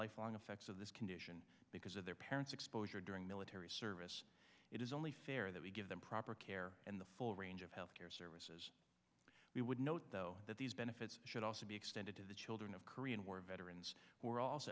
lifelong effects of this condition because of their parents exposure during military service it is only fair that we give them proper care and the full range of health care services we would note though that these benefits should also be extended to the children of korean war veterans who are also